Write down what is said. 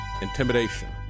intimidation